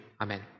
Amen